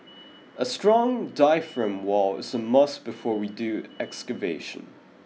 a strong diaphragm wall is a must before we do excavation